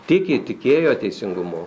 tiki tikėjo teisingumu